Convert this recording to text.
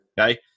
Okay